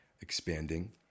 expanding